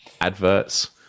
adverts